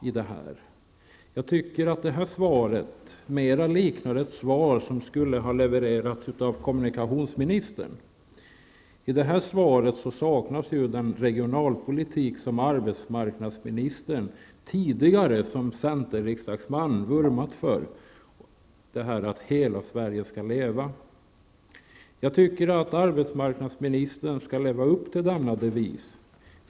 Svaret liknar mer ett svar som skulle ha levererats av kommunikationsministern. I svaret saknas den regionalpolitik som arbetsmarknadsministern tidigare som centerriksdagsman vurmat för -- att hela Sverige skall leva. Jag tycker att arbetsmarknadsministern skall leva upp till denna devis.